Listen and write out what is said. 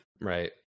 Right